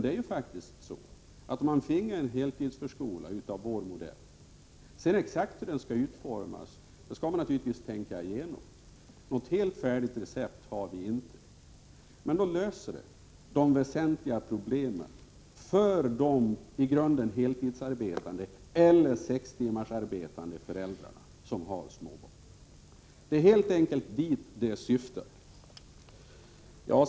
Om man skall genomföra en heltidsförskola av vår modell skall man självfallet tänka igenom exakt hur den skall utformas. Något helt färdigt recept har vi inte. Ändå löser vårt förslag de väsentliga problemen för heltidsarbetande eller sextimmarsarbetande föräldrar med småbarn, och det är det som är syftet.